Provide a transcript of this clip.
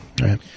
right